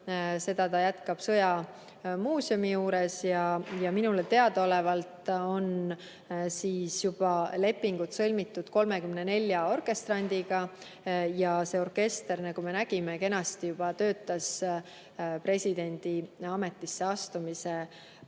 all, ta jätkab sõjamuuseumi juures ja minule teadaolevalt on lepingud sõlmitud juba 34 orkestrandiga. See orkester, nagu me nägime, juba kenasti töötas presidendi ametisse astumise